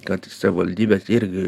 kad savivaldybės irgi